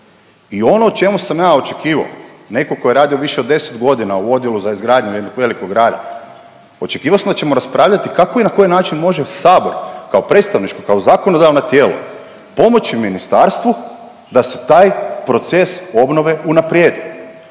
i ono o čemu sam ja očekivao, neko ko je radio više od 10.g. u odjelu za izgradnju jednog velikog grada, očekivao sam da ćemo raspravljati kako i na koji način može sabor kao predstavničko, kao zakonodavno tijelo pomoći ministarstvu da se taj proces obnove unaprijedi.